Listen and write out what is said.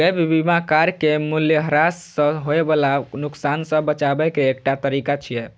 gap बीमा car के मूल्यह्रास सं होय बला नुकसान सं बचाबै के एकटा तरीका छियै